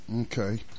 Okay